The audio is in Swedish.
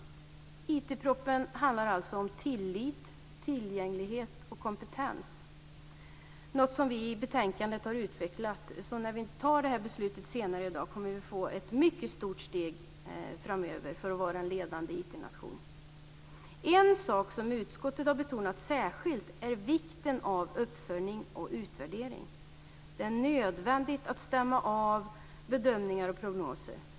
IT-propositionen handlar alltså om tillit, tillgänglighet och kompetens, något som vi har utvecklat i betänkandet. När vi fattar beslut senare i dag kommer vi att ta ett mycket stort steg framåt mot att vara en ledande IT-nation. En sak som utskottet särskilt har betonat är vikten av uppföljning och utvärdering. Det är nödvändigt att stämma av bedömningar och prognoser.